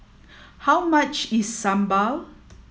how much is Sambal